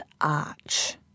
Arch